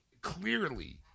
clearly